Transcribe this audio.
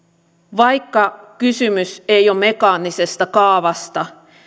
vaikka kysymys ei ole mekaanisesta kaavasta